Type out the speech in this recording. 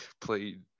played